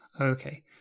Okay